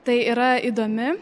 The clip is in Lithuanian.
tai yra įdomi